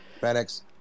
FedEx